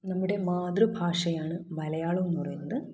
നമ്മുടെ മാതൃഭാഷയാണ് മലയാളം എന്ന് പറയുന്നത്